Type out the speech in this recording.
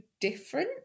different